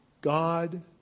God